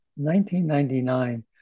1999